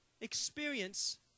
experience